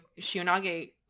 shionage